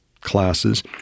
classes